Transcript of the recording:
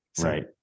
Right